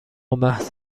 محض